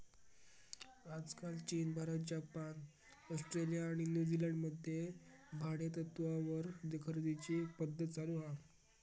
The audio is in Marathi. आजकाल चीन, भारत, जपान, ऑस्ट्रेलिया आणि न्यूजीलंड मध्ये भाडेतत्त्वावर खरेदीची पध्दत चालु हा